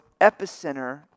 epicenter